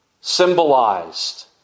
symbolized